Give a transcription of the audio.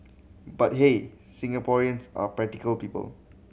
but hey Singaporeans are practical people